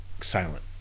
silent